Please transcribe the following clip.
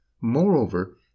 Moreover